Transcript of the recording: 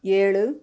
ஏழு